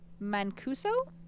Mancuso